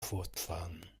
fortfahren